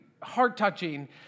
heart-touching